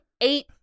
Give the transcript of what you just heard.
eight